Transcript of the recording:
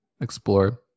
explore